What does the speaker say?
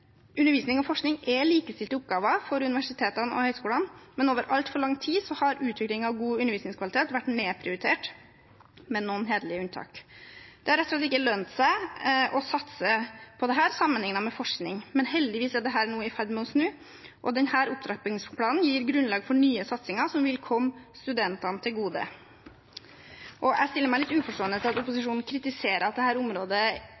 Undervisning og forskning er likestilte oppgaver for universitetene og høyskolene, men over altfor lang tid har utvikling av god undervisningskvalitet vært nedprioritert, med noen hederlige unntak. Det har rett og slett ikke lønnet seg å satse på dette sammenlignet med forskning. Men heldigvis er dette i ferd med å snu, og denne opptrappingsplanen gir grunnlag for nye satsinger som vil komme studentene til gode. Jeg stiller meg litt uforstående til at opposisjonen kritiserer at dette området